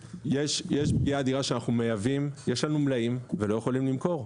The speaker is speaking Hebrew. - אנחנו מייבאים ויש לנו מלאי, ולא יכולים למכור.